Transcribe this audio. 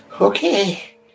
Okay